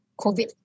COVID